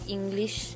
English